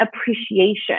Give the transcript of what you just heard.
appreciation